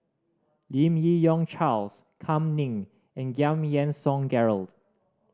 Lim Yi Yong Charles Kam Ning and Giam Yean Song Gerald